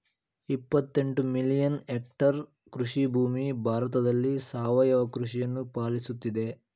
ಇಪ್ಪತ್ತೆಂಟು million hectare ಕೃಷಿಭೂಮಿ ಭಾರತದಲ್ಲಿ ಸಾವಯವ ಕೃಷಿಯನ್ನು ಪಾಲಿಸುತ್ತಿದೆ